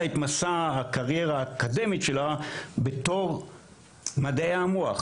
את מסע הקריירה האקדמית שלה בתור מדעי המוח,